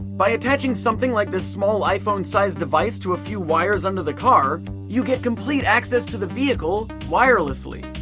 by attaching something like this small iphone sized device to a few wires under the car, you get complete access to the vehicle. wirelessly.